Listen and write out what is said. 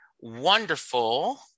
wonderful